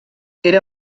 era